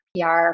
PR